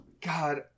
God